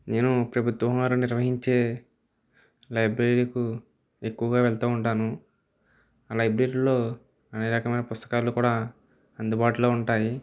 నేను ప్రభుత్వం వారు నిర్వహించే లైబ్రరీలకు ఎక్కువగా వెళుతు ఉంటాను ఆ లైబ్రరీలో అన్ని రకమైన పుస్తకాలు కూడా అందుబాటులో ఉంటాయి